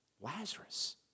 Lazarus